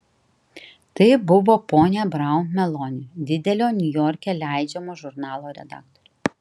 tai buvo ponia braun meloni didelio niujorke leidžiamo žurnalo redaktorė